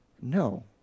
No